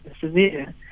severe